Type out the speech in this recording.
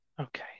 Okay